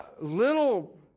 little